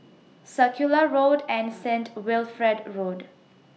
Circular Road and Saint Wilfred Road